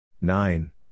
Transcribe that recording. nine